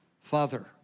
Father